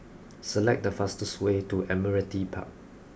select the fastest way to Admiralty Park